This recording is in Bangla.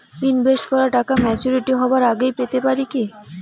ইনভেস্ট করা টাকা ম্যাচুরিটি হবার আগেই পেতে পারি কি?